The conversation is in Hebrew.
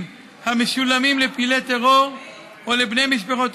יגרור את הרכב הזה שחוסם כך שלפחות